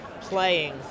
playing